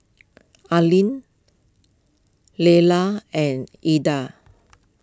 Aylin Layla and Edra